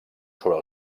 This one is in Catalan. sobre